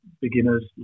beginner's